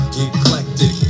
eclectic